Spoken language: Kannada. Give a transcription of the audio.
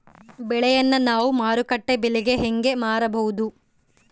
ಬೆಳೆಯನ್ನ ನಾವು ಮಾರುಕಟ್ಟೆ ಬೆಲೆಗೆ ಹೆಂಗೆ ಮಾರಬಹುದು?